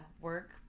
work